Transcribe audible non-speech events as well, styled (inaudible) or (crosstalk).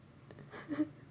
(laughs)